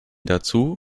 dazu